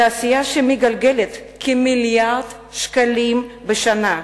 תעשייה שמגלגלת כמיליארד שקלים בשנה,